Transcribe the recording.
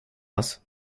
oss